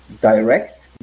direct